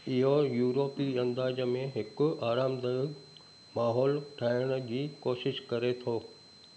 इहो यूरोपी अंदाज़ में हिकु आरामदायक माहौल ठाहिण जी कोशिश करे थो